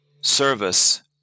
service